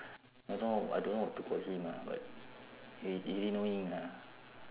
I don't know I don't know what to call him lah but he really annoying ah